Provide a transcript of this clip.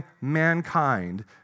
mankind